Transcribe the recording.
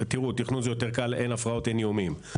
תכנון זה יותר קל, אין הפרעות ואיומים.